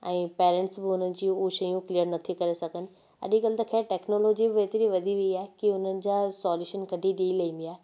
ऐं पैरेंट्स बि हुनजी हू शयूं क्लीयर नथी करे सघनि अॼुकल्ह त ख़ैरु टैक्नोलॉजी हेतिरी वधी वेई आहे की उन्हनि जा सॉल्यूशन कढी ॾेई लाहींदी आहे